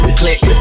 click